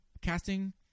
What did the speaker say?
casting